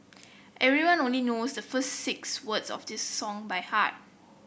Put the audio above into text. everyone only knows the first six words of this song by heart